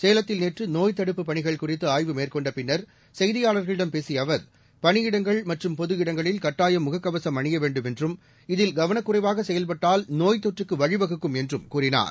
சேலத்தில் நேற்று நோய்த் தடுப்புப் பணிகள் குறித்து ஆய்வு மேற்கொண்ட பின்னர் செய்தியாளர்களிடம் பேசிய அவர் பணியிடங்கள் மற்றும் பொது இடங்களில் கட்டாயம் முகக்கவசம் அனிய வேண்டும் என்றும் இதில் கவனக்குறைவாக செயல்பட்டால் நோய்த் தொற்றுக்கு வழிவகுக்கும் என்றும் கூறினார்